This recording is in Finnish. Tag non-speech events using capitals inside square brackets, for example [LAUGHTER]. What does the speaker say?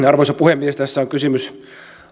[UNINTELLIGIBLE] arvoisa puhemies tässä on kysymys